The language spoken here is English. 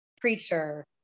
preacher